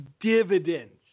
dividends